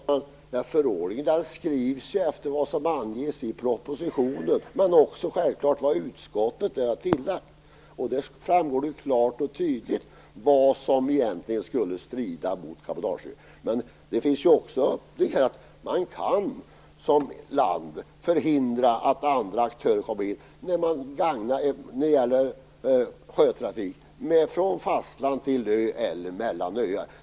Fru talman! Förordningen skrivs efter vad som anges i propositionen, men självfallet också efter vad utskottet har tillagt. Det framgår klart och tydligt vad som egentligen skulle strida mot bestämmelserna. Man kan som land förhindra att andra aktörer kommer in när det gäller sjötrafik från fastland till ö eller mellan öar.